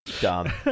dumb